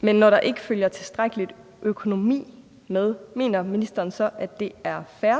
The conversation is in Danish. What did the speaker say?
Men når der ikke følger en tilstrækkelig økonomi med, mener ministeren så, at det er fair,